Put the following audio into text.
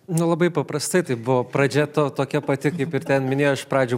nu labai paprastai tai buvo pradžia to tokia pati kaip ir ten minėjo iš pradžių